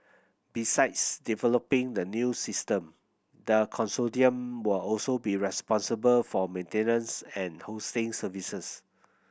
besides developing the new system the consortium will also be responsible for maintenance and hosting services